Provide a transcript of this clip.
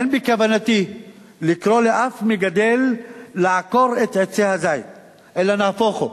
אין בכוונתי לקרוא לאף מגדל לעקור את עצי הזית אלא נהפוך הוא,